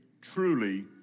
truly